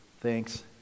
thanks